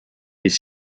des